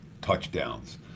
touchdowns